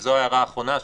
וזו הערה אחרונה שלי,